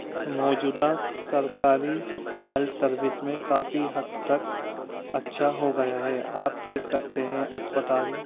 موجودہ سرکاری health service میں کافی حد تک اچھا ہو گیا ہے آپ دیکھ سکتے ہیں اسپتال